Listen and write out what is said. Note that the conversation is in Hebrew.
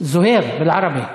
זוהיר בערבית,